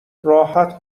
راحت